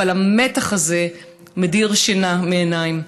אבל המתח הזה מדיר שינה מעיניים.